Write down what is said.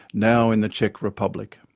now in the czech republic.